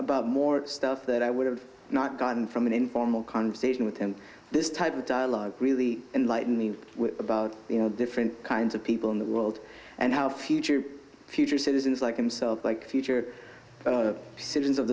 about more stuff that i would have not gotten from an informal conversation with him this type of dialogue really enlighten me about different kinds of people in the world and how future future citizens like themselves like future citizens of